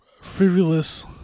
Frivolous